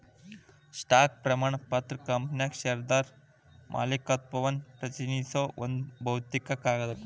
stock ಪ್ರಮಾಣ ಪತ್ರ ಕಂಪನ್ಯಾಗ ಷೇರ್ದಾರ ಮಾಲೇಕತ್ವವನ್ನ ಪ್ರತಿನಿಧಿಸೋ ಒಂದ್ ಭೌತಿಕ ಕಾಗದ